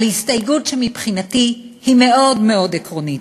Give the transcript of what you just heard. על הסתייגות שמבחינתי היא מאוד מאוד עקרונית.